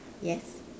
yes